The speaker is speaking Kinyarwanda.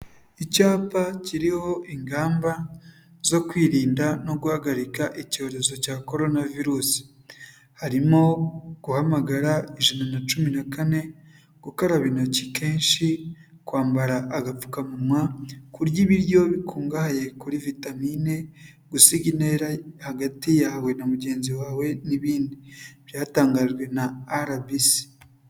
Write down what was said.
Icyapa kiriho ingamba zo kwirinda no guhagarika icyorezo cya korona virusi. Harimo guhamagara ijana na cumi na kane, gukaraba intoki kenshi, kwambara agapfukamunwa, kurya ibiryo bikungahaye kuri vitamine, gusiga intera hagati yawe na mugenzi wawe n'ibindi byatangajwe na Arabisi.